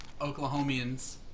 Oklahomians